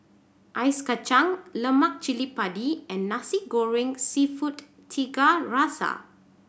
Ice Kachang lemak cili padi and Nasi Goreng Seafood Tiga Rasa